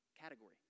category